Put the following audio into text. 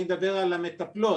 אני מדבר על המטפלות.